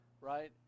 right